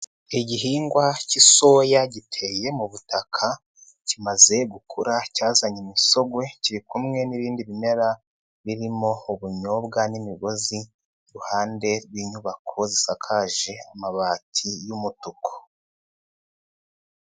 Igihingwa k'isoya giteye mu butaka, kimaze gukura cyazanye imisogwe kirikumwe n'ibindi bimera, birimo ubunyobwa n'imigozi, iruhande rw'inyubako zisakaje amabati y'umutuku.